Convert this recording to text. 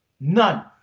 none